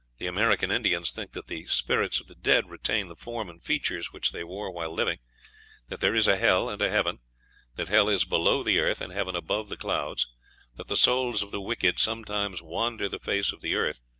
the american indians think that the spirits of the dead retain the form and features which they wore while living that there is a hell and a heaven that hell is below the earth, and heaven above the clouds that the souls of the wicked sometimes wander the face of the earth,